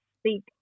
speak